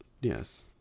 yes